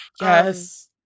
Yes